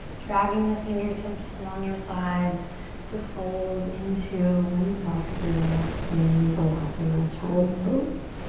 dragging the fingertips along your sides to fold into oneself here in balasana, child's pose.